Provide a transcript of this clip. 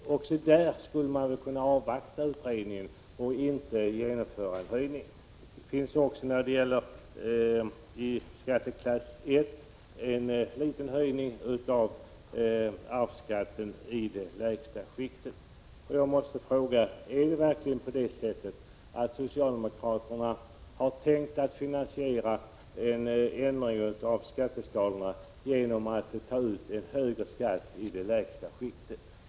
Också där skulle man väl kunna avvakta utredningen och inte genomföra en höjning. Även när det gäller skatteklass I finns förslag om en liten höjning av arvsskatten i det lägsta skiktet. Jag måste fråga: Har socialdemokraterna verkligen tänkt att finansiera en ändring av skatteskalorna genom att ta ut en högre skatt i det lägsta skiktet?